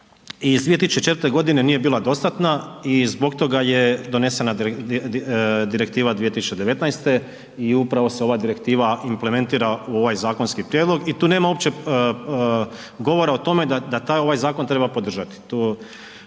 iz 2004. g. nije bila dostatna i zbog toga je donesena direktiva 2019. i upravo se ova direktiva implementira u ovaj zakonski prijedlog i tu nema uopće govora o tome da taj, ovaj zakon treba podržati,